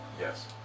Yes